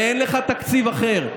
אין לך תקציב אחר,